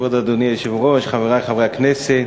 כבוד אדוני היושב-ראש, חברי חברי הכנסת,